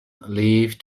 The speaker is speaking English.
leave